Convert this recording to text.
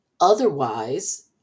Otherwise